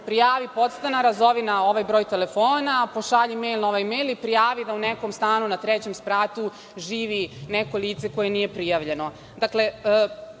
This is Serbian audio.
prijavi podstanara, zovi na ovaj broj telefona, pošalji mejl na ovaj mejl ili prijavi da u nekom stanu na trećem spratu živi neko lice koje nije prijavljeno. Dakle,